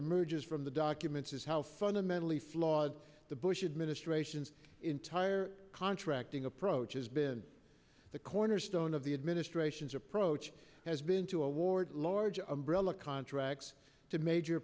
emerges from the documents is how fundamentally flawed the bush administration's entire contracting approach has been the cornerstone of the administration's approach has been to award large umbrella contracts to major